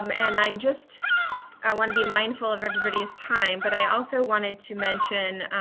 um and i am just i want to be mindful of everybody's time but i also wanted to mention